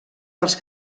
dels